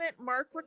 Mark